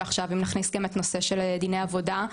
ועכשיו אם נכניס גם את נושא של דיני עבודה,